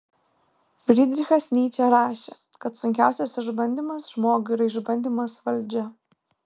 frydrichas nyčė rašė kad sunkiausias išbandymas žmogui yra išbandymas valdžia